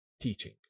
teaching